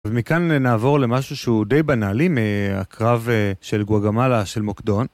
ומכאן נעבור למשהו שהוא די בנאלי מהקרב של גואגמאלה של מוקדון.